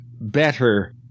better